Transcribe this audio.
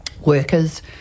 workers